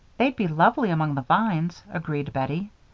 they'd be lovely among the vines, agreed bettie.